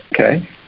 Okay